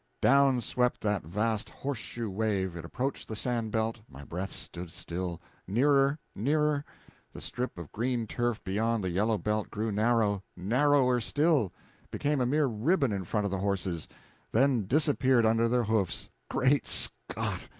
down swept that vast horse-shoe wave it approached the sand-belt my breath stood still nearer, nearer the strip of green turf beyond the yellow belt grew narrow narrower still became a mere ribbon in front of the horses then disappeared under their hoofs. great scott!